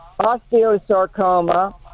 osteosarcoma